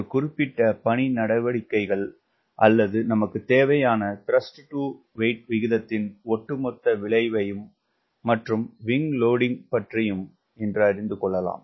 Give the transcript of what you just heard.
ஒரு குறிப்பிட்ட பணி நடவடிக்கைகள் அல்லது நமக்குத் தேவையான த்ரஸ்ட் டு வெயிட் விகிததின் ஒட்டுமொத்த விளைவை மற்றும் விங் லோடிங் பற்றியும் அறிந்துகொள்ளலாம்